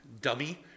Dummy